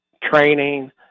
training